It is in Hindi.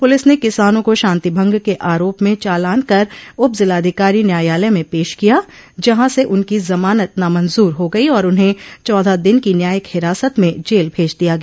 पुलिस ने किसानों को शांतिभंग के आरोप में चालान कर उप जिलाधिकारी न्यायालय में पेश किया जहां से उनकी जमानत नामंजूर हो गई और उन्हें चौदह दिन की न्यायिक हिरासत में जेल भज दिया गया